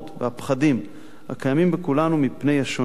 והפחדים הקיימים בכולנו מפני השונה,